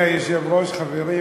אדוני היושב-ראש, חברים